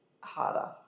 harder